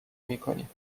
میکنیم